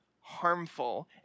harmful